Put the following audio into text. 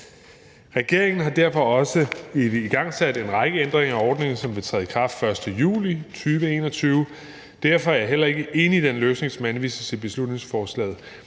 Regeringen har derfor også igangsat en række ændringer af ordningen, som vil træde i kraft den 1. juli 2021. Derfor er jeg heller ikke enig i den løsning, som anvises i beslutningsforslaget.